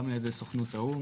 גם על ידי סוכנות האו"ם,